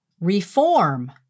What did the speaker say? Reform